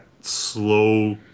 slow